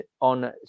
on